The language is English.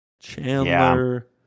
Chandler